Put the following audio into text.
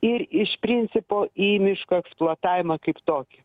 ir iš principo į miško eksploatavimą kaip tokį